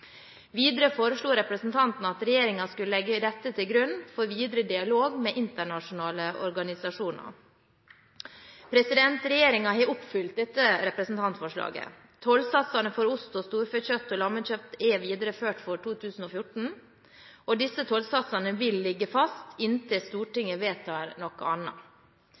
Videre foreslo representantene at regjeringen skulle legge dette til grunn for videre dialog med internasjonale organisasjoner. Regjeringen har oppfylt dette representantforslaget. Tollsatsene for ost, storfekjøtt og lammekjøtt er videreført for 2014, og disse tollsatsene vil ligge fast inntil Stortinget vedtar noe